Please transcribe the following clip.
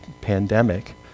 pandemic